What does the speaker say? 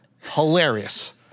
Hilarious